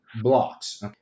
blocks